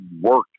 work